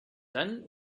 dann